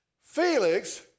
Felix